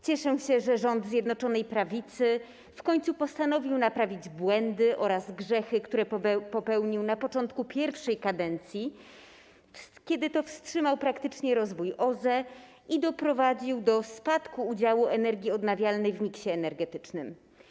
Cieszę się, że rząd Zjednoczonej Prawicy w końcu postanowił naprawić błędy oraz grzechy, które popełnił na początku pierwszej kadencji, kiedy to wstrzymał praktycznie rozwój OZE i doprowadził do spadku udziału energii odnawialnej w miksie energetycznym.